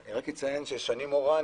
אני רק אציין ששני מורן